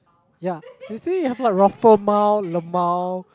ya you see have like roflmao lmao